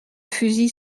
fusil